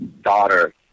daughter